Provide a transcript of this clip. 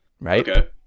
Right